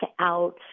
out